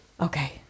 Okay